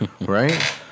right